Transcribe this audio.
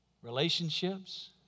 relationships